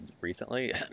recently